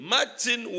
Martin